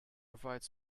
provide